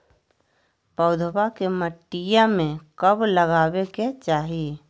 पौधवा के मटिया में कब लगाबे के चाही?